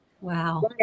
wow